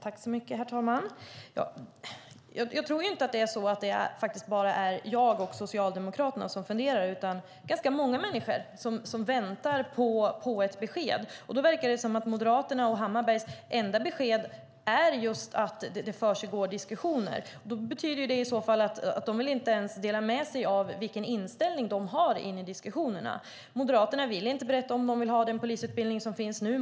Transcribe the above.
Herr talman! Jag tror inte att det bara är jag och Socialdemokraterna som funderar. Det är ganska många människor som väntar på ett besked. Det verkar som att Moderaternas och Hammarberghs enda besked är att det försiggår diskussioner. Det betyder i så fall att de inte ens vill dela med sig av vilken inställning de har i diskussionerna. Moderaterna vill inte berätta om de vill ha den polisutbildning som finns nu.